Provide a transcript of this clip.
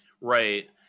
Right